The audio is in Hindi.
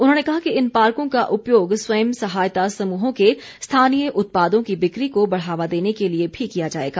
उन्होंने कहा कि इन पार्को का उपयोग स्वयं सहायता समूहों के स्थानीय उत्पादों की बिक्री को बढ़ावा देने के लिए भी किया जाएगा